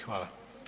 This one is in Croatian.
Hvala.